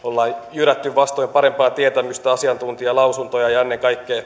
jyrätty vastoin parempaa tietämystä asiantuntijalausuntoja ja ennen kaikkea